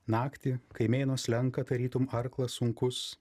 naktį kai mėnuo slenka tarytum arklas sunkus